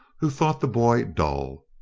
who thought the boy dull.